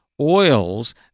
oils